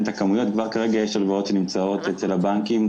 את הכמויות יש הלוואות שנמצאות אצל הבנקים,